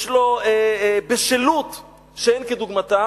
יש לו בשלות שאין כדוגמתה,